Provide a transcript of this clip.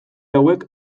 hauek